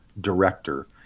director